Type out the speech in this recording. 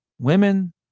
Women